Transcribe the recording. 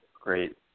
great